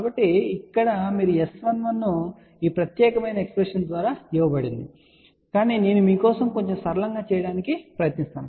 కాబట్టి ఇక్కడ మీరు S11 ఈ ప్రత్యేకమైన ఎక్స్ప్రెషన్ ద్వారా ఇవ్వబడింది అని చెప్పగలను కాని నేను మీ కోసం కొంచెం సరళంగా చేయడానికి ప్రయత్నిస్తాను